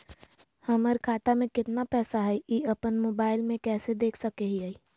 हमर खाता में केतना पैसा हई, ई अपन मोबाईल में कैसे देख सके हियई?